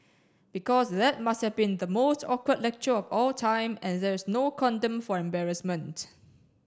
because that must have been the most awkward lecture of all time and there's no condom for embarrassment